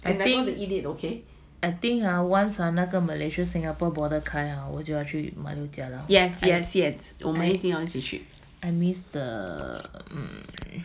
yes yes yes 我一定要一起去